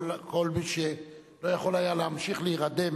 כל מי שלא יכול היה להמשיך להירדם